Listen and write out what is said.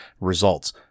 results